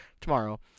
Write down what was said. tomorrow